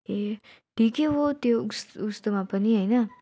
ए ठिकै हो त्यो उस् उस्तोमा पनि होइन